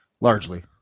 Largely